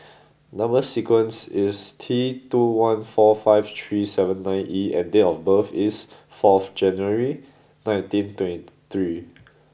number sequence is T two one four five three seven nine E and date of birth is fourth January nineteen twenty three